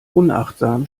unachtsam